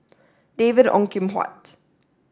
David Ong Kim Huat